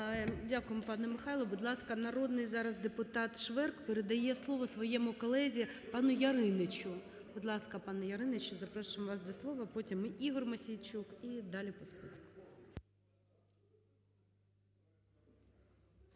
Дякуємо, пане Михайле. Будь ласка, народний зараз депутат Шверк. Передає слово своєму колезі пану Яринічу. Будь ласка, пане Яриніч, запрошуємо вас до слова. Потім – Ігор Мосійчук і далі по списку.